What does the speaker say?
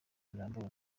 birambuye